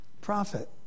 prophet